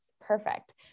Perfect